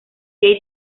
pie